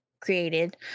created